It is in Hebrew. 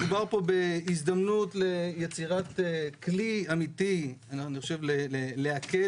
מדובר פה בהזדמנות ליצירת כלי אמתי להקל